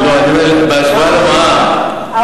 אני אומר בהשוואה למע"מ,